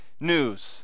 news